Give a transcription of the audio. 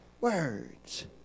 words